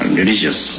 religious